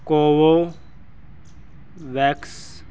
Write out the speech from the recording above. ਕੋਵੋ wax